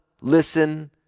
listen